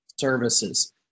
services